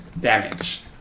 damage